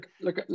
Look